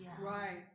Right